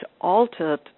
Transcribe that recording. altered